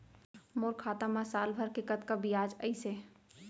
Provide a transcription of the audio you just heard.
मोर खाता मा साल भर के कतका बियाज अइसे?